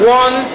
one